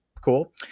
cool